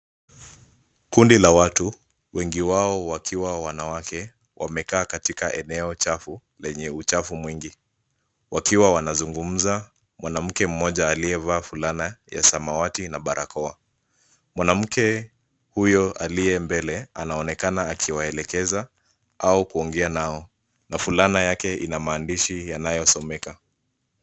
Kundi la watu, wengi wao wakiwa wanawake, wamekaa katika eneo chafu lenye uchafu mwingi wakiwa wanazungumza. Mwanamke mmoja aliyevaa fulana ya samawati na barakoa. Mwanamke huyo aliye mbele anaonekana akiwalelekeza au kuongea nao na fulana yake ina maandishi yanayosomeka.